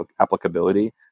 applicability